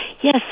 yes